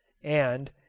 and,